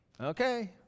Okay